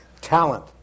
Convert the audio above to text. talent